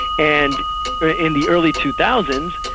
and in the early two thousand